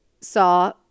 saw